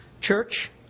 Church